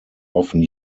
often